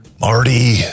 Marty